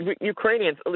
Ukrainians